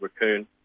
Raccoon